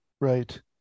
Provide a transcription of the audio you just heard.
right